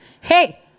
Hey